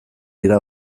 dira